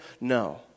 No